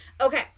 Okay